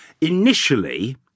Initially